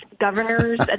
governors